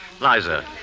Liza